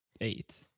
Eight